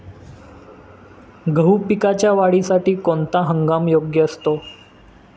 गहू पिकाच्या वाढीसाठी कोणता हंगाम योग्य असतो?